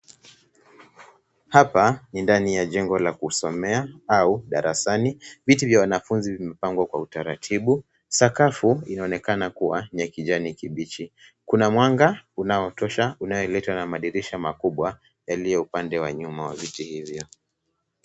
Hapa ni ndani ya jengo la kusomea au darasani. Viti vya wanafunzi vimepangwa kwa utaratibu. Sakafu inaonekana kuwa ni ya kijani kibichi. Kuna mwanga unaotosha unaoletwa na madirisha makubwa yaliyo upande wa nyuma wa viti hivyo.